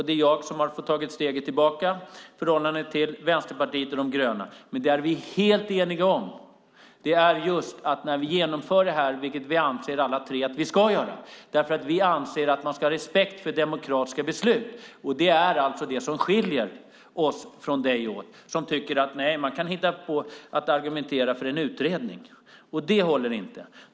Det är jag som har fått ta steget tillbaka i förhållande till Vänsterpartiet och Miljöpartiet de gröna. Vi är helt eniga. Vi anser alla tre att vi ska genomföra detta. Vi anser att man ska ha respekt för demokratiska beslut. Det är det som skiljer oss från dig som tycker att man kan hitta på att argumentera för en utredning. Det håller inte.